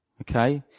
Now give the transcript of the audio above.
okay